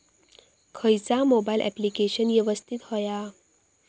खयचा mobile application यवस्तित होया?